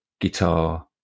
guitar